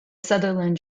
sutherland